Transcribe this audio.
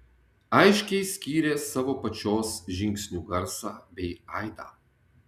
aiškiai skyrė savo pačios žingsnių garsą bei aidą